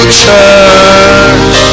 church